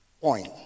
point